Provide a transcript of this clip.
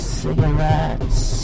cigarettes